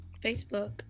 Facebook